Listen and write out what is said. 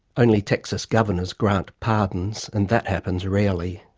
only texas governors grant pardons and that happens rarely!